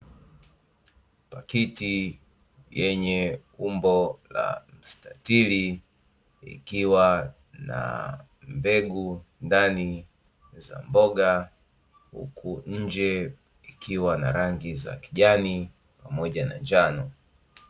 Pakiti yenye umbo la msitatili, ikiwa na mbegu ndani za mboga huku nje ikiwa na rangi za kijani pamoja na njano.